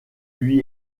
lui